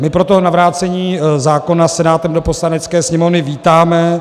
My proto navrácení zákona Senátem do Poslanecké sněmovny vítáme.